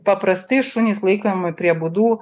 paprastai šunys laikomi prie būdų